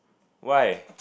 why